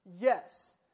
Yes